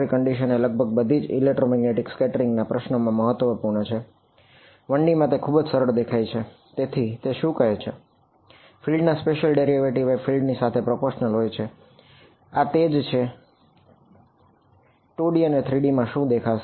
2D અને 3D માં શું થશે